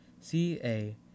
C-A